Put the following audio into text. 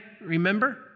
Remember